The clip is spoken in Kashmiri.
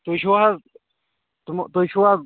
تُہۍ چھِو حظ تِمہٕ تُہۍ چھِو حظ